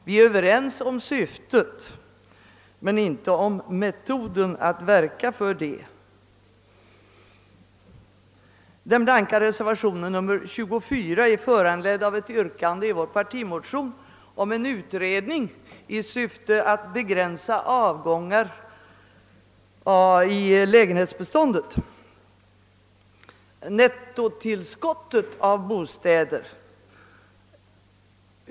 Vi är överens om syftet men inte om metoden att verka för detta syfte. Den blanka reservationen 24 är föranledd av ett yrkande i vår partimotion om en utredning i syfte att begränsa avgången i lägenhetsbeståndet.